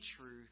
truth